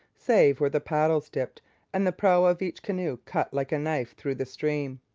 save where the paddles dipped and the prow of each canoe cut like a knife through the stream.